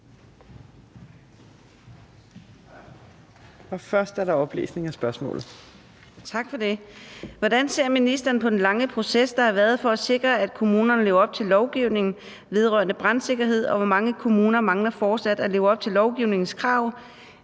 Kl. 15:53 Karina Adsbøl (DF): Tak for det. Hvordan ser ministeren på den lange proces, der har været for at sikre, at kommunerne lever op til lovgivningen vedrørende brandsikkerhed, og hvor mange kommuner mangler fortsat at leve op til lovgivningens krav